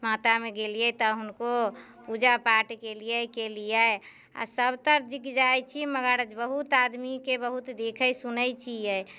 मातामे गेलियै तऽ हुनको पूजा पाठ केलियै केलियै आओर सभतरि जाइ छी मगर बहुत आदमीके बहुत देखै सुनै छियै